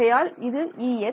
ஆகையால் இது Ex